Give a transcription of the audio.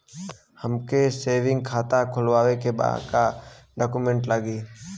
हमके सेविंग खाता खोलवावे के बा का डॉक्यूमेंट लागी?